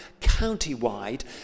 county-wide